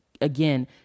again